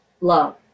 love